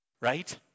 right